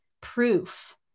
proof